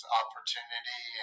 opportunity